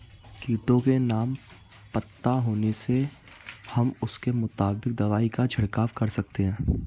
कीटों के नाम पता होने से हम उसके मुताबिक दवाई का छिड़काव कर सकते हैं